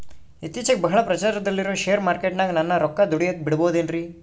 ಇತ್ತೇಚಿಗೆ ಬಹಳ ಪ್ರಚಾರದಲ್ಲಿರೋ ಶೇರ್ ಮಾರ್ಕೇಟಿನಾಗ ನನ್ನ ರೊಕ್ಕ ದುಡಿಯೋಕೆ ಬಿಡುಬಹುದೇನ್ರಿ?